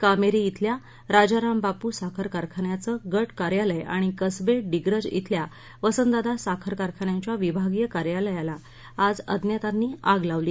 कामेरी ी शिल्या राजारामबापू साखर कारखान्याचं गट कार्यालय आणि कसवे डिग्रज शिल्या वसंतदादा साखर कारखान्याच्या विभागीय कार्यालयाला आज अज्ञातांनी आग लावली